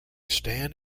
stand